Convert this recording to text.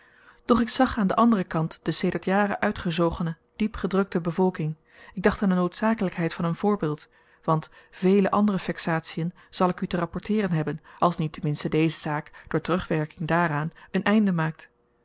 doch ik zag aan den anderen kant de sedert jaren uitgezogene diep gedrukte bevolking ik dacht aan de noodzakelykheid van een voorbeeld want vele andere vexatien zal ik u te rapporteeren hebben als niet ten minste deze zaak door terugwerking daaraan een eind maakt en